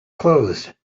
closed